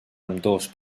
ambdós